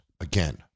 Again